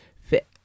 fit